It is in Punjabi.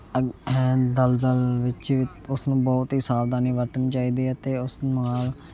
ਅਗ ਹੈਂ ਦਲ ਦਲ ਵਿੱਚ ਵੀ ਉਸ ਨੂੰ ਬਹੁਤ ਹੀ ਸਾਵਧਾਨੀ ਵਰਤਣੀ ਚਾਹੀਦੀ ਹੈ ਅਤੇ ਉਸ ਨਾਲ